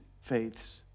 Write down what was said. faiths